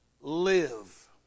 live